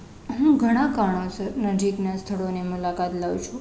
હું ઘણા કારણોસર નજીકનાં સ્થળોની મુલાકાત લઉં છું